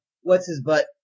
what's-his-butt